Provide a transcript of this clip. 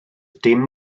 dim